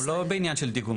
אנחנו לא בעניין של דיגום.